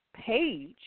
page